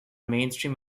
mainstream